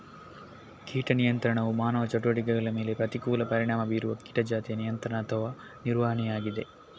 ಕೀಟ ನಿಯಂತ್ರಣವು ಮಾನವ ಚಟುವಟಿಕೆಗಳ ಮೇಲೆ ಪ್ರತಿಕೂಲ ಪರಿಣಾಮ ಬೀರುವ ಕೀಟ ಜಾತಿಯ ನಿಯಂತ್ರಣ ಅಥವಾ ನಿರ್ವಹಣೆಯಾಗಿದೆ